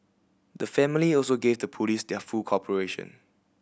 the family also gave the Police their full cooperation